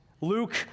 Luke